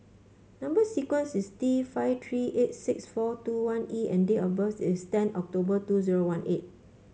number sequence is T five three eight six four two one E and date of birth is ten October two zero one eight